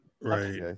right